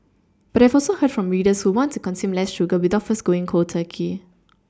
but I have also heard from readers who want to consume less sugar without first going cold Turkey